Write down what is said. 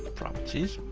properties.